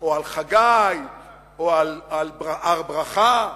או על חגי או על הר-ברכה.